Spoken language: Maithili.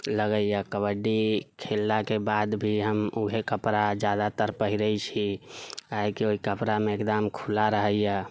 लगैया कबड्डी खेललाके बाद भी हम ऊहे कपड़ा जादातर पहिरे छी काहेकि ओहि कपड़ामे एकदम खुला रहैया